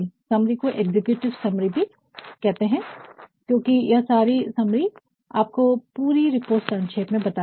summary को executive summary भी कहते हैं क्योंकि यह सारी समरी आपको पूरी रिपोर्ट संक्षेप में बताती है